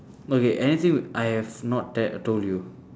okay anything I have not tell told you